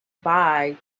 bye